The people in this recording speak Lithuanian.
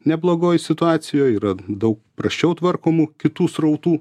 neblogoj situacijoj yra daug prasčiau tvarkomų kitų srautų